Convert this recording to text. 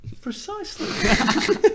Precisely